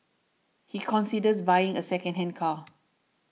he considers buying a secondhand car